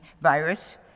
virus